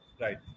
Right